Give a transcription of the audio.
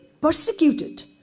persecuted